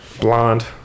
Blonde